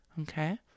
Okay